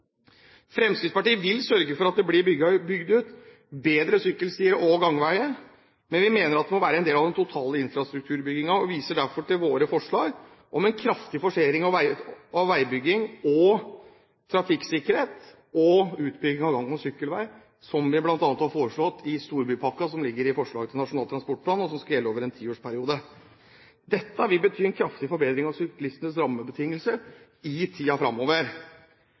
Fremskrittspartiet vil sørge for at det blir bygd ut bedre sykkelstier og gangveier, men vi mener at det må være en del av den totale infrastrukturbyggingen, og viser derfor til våre forslag om en kraftig forsering av veibygging og trafikksikkerhet og utbygging av gang- og sykkelvei, som vi bl.a. har foreslått i storbypakken, som ligger i forslaget til Nasjonal transportplan, og som skal gjelde over en tiårsperiode. Dette vil bety en kraftig forbedring av syklistenes rammebetingelser i